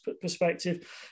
perspective